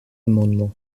amendement